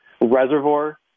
reservoir